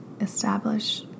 establish